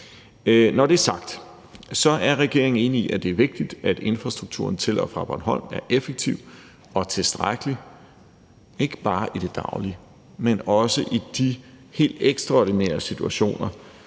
Når det er sagt, er regeringen enig i, at det er vigtigt, at infrastrukturen til og fra Bornholm er effektiv og tilstrækkelig, ikke bare i det daglige, men også i de helt ekstraordinære situationer,